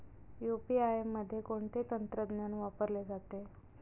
UPI मध्ये कोणते तंत्रज्ञान वापरले जाते?